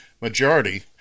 majority